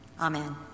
Amen